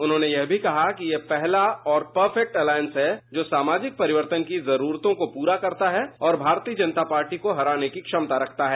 उन्होंने यह भी कहा कि ये पहला और परफेक्ट अलायंस है जो सामाजिक परिवर्तन की जरूरतों को पूरा करता है और भारतीय जनता पार्टी को हराने की क्षमता रखता है